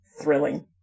thrilling